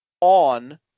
on